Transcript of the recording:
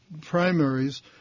primaries